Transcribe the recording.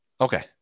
okay